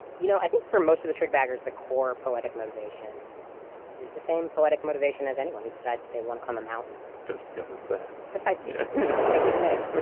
you know, i think for most of the trig baggers, the core poetic motivation is the same poetic motivation as anyone who decides they want to climb a mountain just because it's there precisely yeah because it's there.